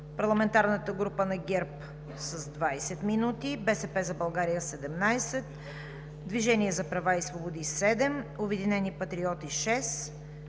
парламентарната група на ГЕРБ с 20 минути, „БСП за България – 17; „Движението за права и свободи“ – 7;